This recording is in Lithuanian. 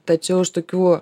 tačiau iš tokių